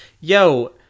Yo